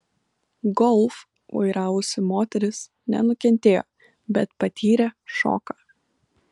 golf vairavusi moteris nenukentėjo bet patyrė šoką